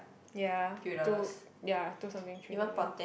ya two ya two something three something